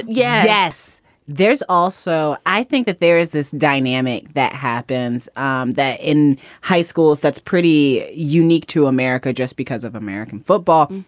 yeah yes there's also i think that there is this dynamic that happens um that in high schools that's pretty unique to america just because of american football,